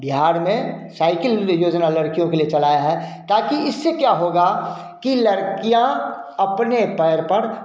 बिहार में साइकिल योजना लड़कियों के लिए चलाया है ताकि इससे क्या होगा कि लड़कियाँ अपने पैर पर